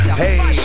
hey